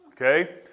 okay